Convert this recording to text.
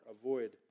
avoid